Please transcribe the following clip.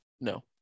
No